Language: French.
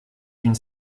d’une